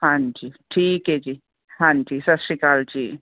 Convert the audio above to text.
ਹਾਂਜੀ ਠੀਕ ਹੈ ਜੀ ਹਾਂਜੀ ਸਤਿ ਸ਼੍ਰੀ ਅਕਾਲ ਜੀ